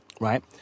Right